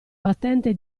battente